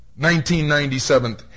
1997